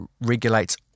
regulates